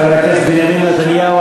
חבר הכנסת בנימין נתניהו,